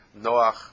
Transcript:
Noach